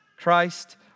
Christ